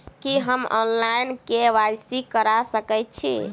की हम online, KYC करा सकैत छी?